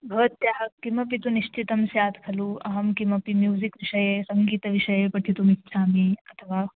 भवत्याः किमपि तु निश्चितं स्यात् खलु अहं किमपि म्युसिक् विषये सङ्गीतविषये पठितुमिच्छामि अथवा